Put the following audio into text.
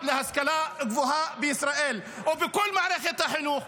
להשכלה גבוהה בישראל או בכל מערכת החינוך,